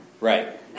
right